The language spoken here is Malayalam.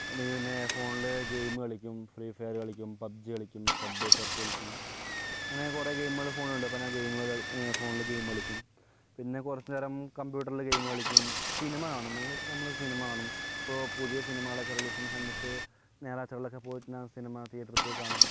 അല്ലെങ്കിൽ പിന്നെ ഫോണിൽ ഗെയിം കളിക്കും ഫ്രീ ഫയർ കളിക്കും പബ്ജി കളിക്കും സബ്വേ സർഫ് കളിക്കും അങ്ങനെ കുറെ ഗെയിമുകൾ ഫോണിൽ ഉണ്ട് അപ്പോൾ ഞാൻ ഗെയിം ഫോണിലെ ഗെയിം കളിക്കും പിന്നെ കുറച്ചുനേരം കമ്പ്യൂട്ടറിൽ ഗെയിം കളിക്കും സിനിമ കാണും മെയിൻ ആയിട്ട് നമ്മൾ സിനിമ കാണും ഇപ്പോൾ പുതിയ സിനിമകൾ ഒക്കെ റിലീസ് ചെയ്യുന്ന സമയത്ത് മേലാറ്റൂരിൽ ഒക്കെ പോയിട്ട് സിനിമ തിയേറ്ററിൽ പോയി കാണും